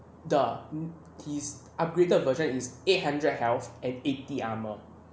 the his upgraded version is eight hundred heal and eighty armour